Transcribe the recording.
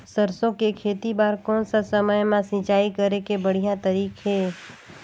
सरसो के खेती बार कोन सा समय मां सिंचाई करे के बढ़िया तारीक हे?